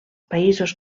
països